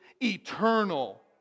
eternal